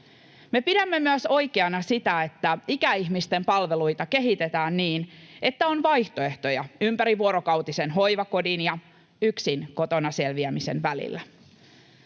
Me pidämme oikeana myös sitä, että ikäihmisten palveluita kehitetään niin, että on vaihtoehtoja ympärivuorokautisen hoivakodin ja yksin kotona selviämisen välillä.